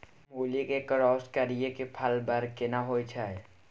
मूली के क्रॉस करिये के फल बर केना होय छै?